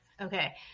Okay